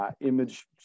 image